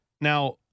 Now